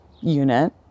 unit